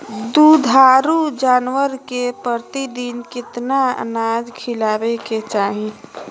दुधारू जानवर के प्रतिदिन कितना अनाज खिलावे के चाही?